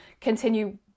continue